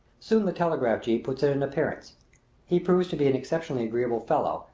soon the telegraph-jee puts in an appearance he proves to be an exceptionally agreeable fellow,